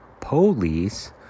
police